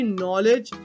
knowledge